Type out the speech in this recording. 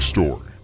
Story